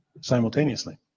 simultaneously